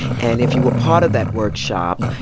and if you were part of that workshop,